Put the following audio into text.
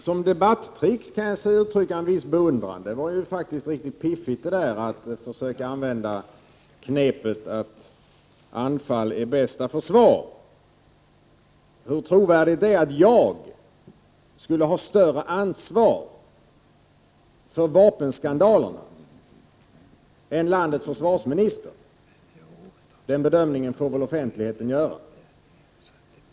Fru talman! Jag kan uttrycka en viss beundran för försvarsministerns inlägg som ett debattrick. Det var ganska piffigt att försöka använda knepet att anfall är bästa försvar. Hur trovärdigt det är att jag skulle ha större ansvar för vapenskandalerna än landets försvarsminister, den bedömningen får väl offentligheten göra.